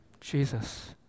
Jesus